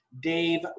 Dave